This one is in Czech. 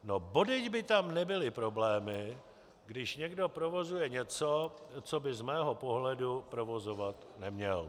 No bodejť by tam nebyly problémy, když někdo provozuje něco, co by z mého pohledu provozovat neměl.